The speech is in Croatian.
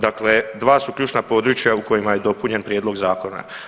Dakle, dva su ključna područja u kojima je dopunjen prijedlog zakona.